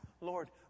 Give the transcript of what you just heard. Lord